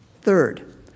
Third